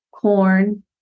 Corn